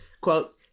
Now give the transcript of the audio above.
Quote